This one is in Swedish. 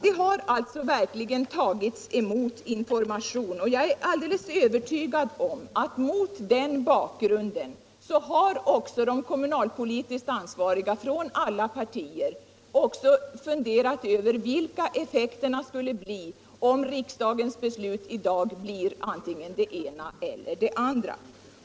Vi har alltså verkligen tagit emot information, och jag är alldeles övertygad om att mot den bakgrunden har de kommunalpolitiskt ansvariga i alla partier också funderat över vilka effekterna blir, om riksdagens beslut i dag blir det ena eller det andra.